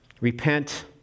Repent